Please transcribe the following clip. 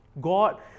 God